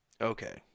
Okay